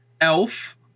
Elf